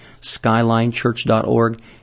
skylinechurch.org